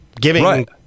giving